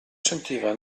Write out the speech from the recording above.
sentiva